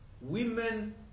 Women